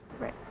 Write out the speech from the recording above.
right